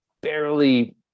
barely